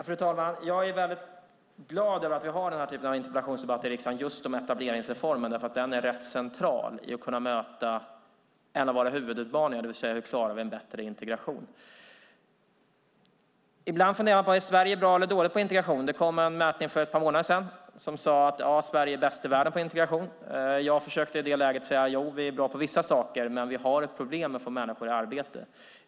Fru talman! Jag är väldigt glad över att vi har den här typen av interpellationsdebatt i riksdagen om etableringsreformen eftersom den är rätt central för att vi ska kunna möta en av våra huvudutmaningar, det vill säga hur vi klarar en bättre integration. Ibland funderar man på om Sverige är bra eller dåligt på integration. Det kom en mätning för ett par månader sedan som sade att Sverige är bäst i världen på integration. I det läget försökte jag säga att vi är bra på vissa saker men att vi har problem med att få människor i arbete.